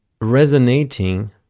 resonating